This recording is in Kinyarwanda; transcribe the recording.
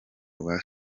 rwa